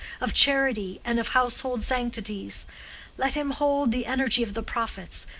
of charity, and of household sanctities let him hold the energy of the prophets,